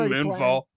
Moonfall